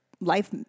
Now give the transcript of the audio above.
life